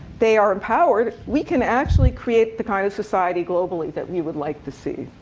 they are empowered, we can actually create the kind of society globally that we would like to see.